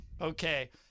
Okay